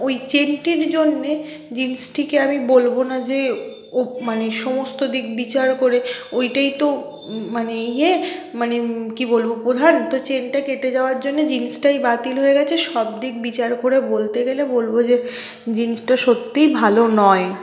ওই চেনটির জন্যে জিনসটিকে আমি বলব না যে ও মানে সমস্ত দিক বিচার করে ওইটাই তো মানে ইয়ে মানে কী বলব প্রধান তো চেনটা কেটে যাওয়ার জন্যে জিনসটাই বাতিল হয়ে গেছে সব দিক বিচার করে বলতে গেলে বলব যে জিনসটা সত্যিই ভালো নয়